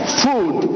food